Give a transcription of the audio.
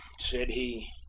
said he,